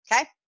Okay